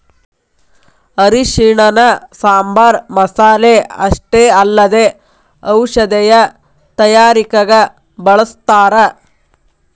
ಅರಿಶಿಣನ ಸಾಂಬಾರ್ ಮಸಾಲೆ ಅಷ್ಟೇ ಅಲ್ಲದೆ ಔಷಧೇಯ ತಯಾರಿಕಗ ಬಳಸ್ಥಾರ